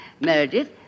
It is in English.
Meredith